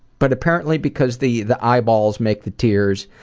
but apparently because the the eyeballs make the tears,